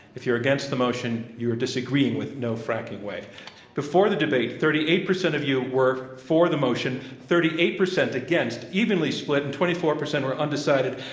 if you're against the motion, you are disagreeing with no fracking way. so the debate, thirty eight percent of you were for the motion, thirty eight percent, against, evenly split, and twenty four percent were undecided.